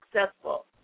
successful